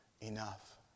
enough